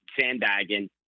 sandbagging